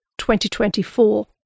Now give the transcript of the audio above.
2024